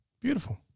beautiful